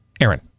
Aaron